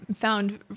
found